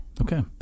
Okay